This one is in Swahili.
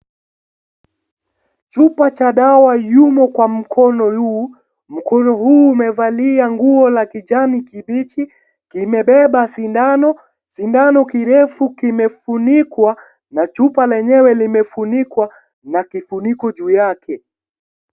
Chupa cha dawa yumo kwa mkono huu. Mkono huu umevalia nguo la kijani kibichi. Kimebeba sindani. Sindano kirefu kimefunikwa na chupa lenyewe limefunikwa na kifuniko juu yake.